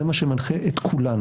זה מה שמנחה את כולנו.